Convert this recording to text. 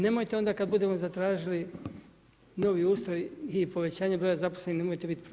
Nemojte onda kada budemo zatražili novi ustroj i povećanja broja zaposlenih nemojte biti protiv.